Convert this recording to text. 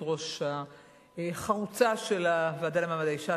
היושבת-ראש החרוצה של הוועדה למעמד האשה,